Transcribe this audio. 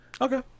okay